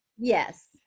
Yes